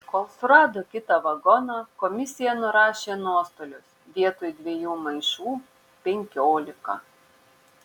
kol surado kitą vagoną komisija nurašė nuostolius vietoj dviejų maišų penkiolika